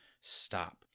stop